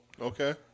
okay